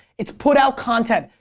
it's put out content.